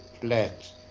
flat